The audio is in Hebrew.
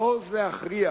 העוז להכריע,